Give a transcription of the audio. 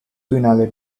finale